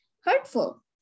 hurtful